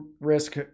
risk